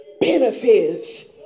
benefits